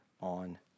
on